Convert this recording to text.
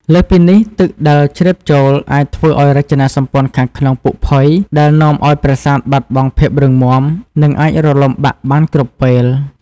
លើសពីនេះ ទឹកដែលជ្រាបចូលអាចធ្វើឱ្យរចនាសម្ព័ន្ធខាងក្នុងពុកផុយ ដែលនាំឱ្យប្រាសាទបាត់បង់ភាពរឹងមាំ និងអាចរលំបាក់បានគ្រប់ពេល។